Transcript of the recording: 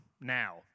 now